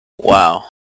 Wow